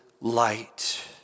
light